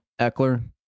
Eckler